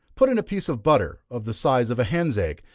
put in a piece of butter, of the size of a hen's egg,